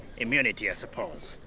immunity i suppose.